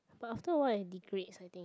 but after a while it degrades I think